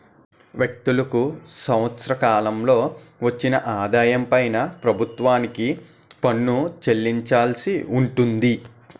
వ్యక్తులకు సంవత్సర కాలంలో వచ్చిన ఆదాయం పైన ప్రభుత్వానికి పన్ను చెల్లించాల్సి ఉంటుంది